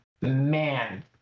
man